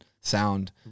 sound